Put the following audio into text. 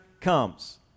comes